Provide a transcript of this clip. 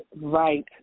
right